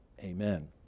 Amen